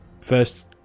first